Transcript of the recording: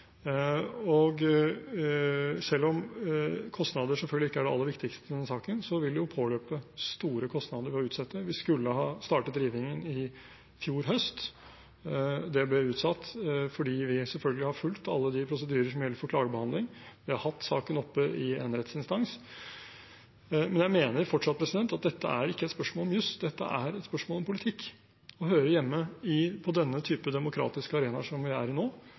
Selv om kostnader selvfølgelig ikke er det aller viktigste i denne saken, så vil det jo påløpe store kostnader ved å utsette. Vi skulle ha startet rivingen i fjor høst. Det ble utsatt – fordi vi selvfølgelig har fulgt alle de prosedyrer som gjelder for klagebehandling. Vi har hatt saken oppe i en rettsinstans. Men jeg mener fortsatt at dette ikke er et spørsmål om juss. Dette er et spørsmål om politikk og hører hjemme på denne type demokratiske arenaer som vi er i nå,